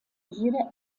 jeder